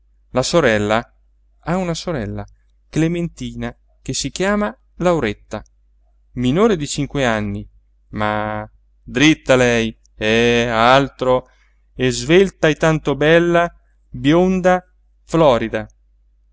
la sorella ha una sorella clementina che si chiama lauretta minore di cinque anni ma diritta lei eh altro e svelta e tanto bella bionda florida